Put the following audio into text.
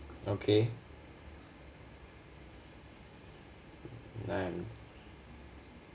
okay ya